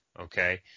okay